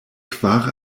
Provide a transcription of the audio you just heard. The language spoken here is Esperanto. kvar